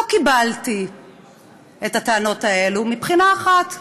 לא קיבלתי את הטענות האלה מסיבה אחת: